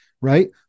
right